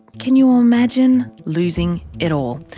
can you imagine losing it all?